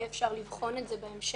אפשר יהיה לבחון את זה בהמשך.